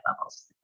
levels